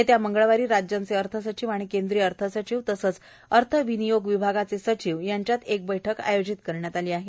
येत्या मंगळवारी राज्यांचे अर्थसचिव आणि केंद्रीय अर्थसचिव तसंच अर्थ विनियोग विभागाचे सचिव यांच्यात एक बैठक आयोजित करण्यात आली आहे